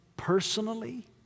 Personally